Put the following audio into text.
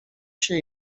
się